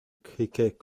cricket